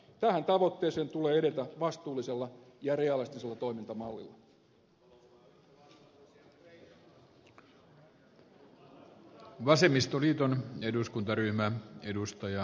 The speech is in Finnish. tähän tavoitteeseen tulee edetä vastuullisella ja realistisella toimintamallilla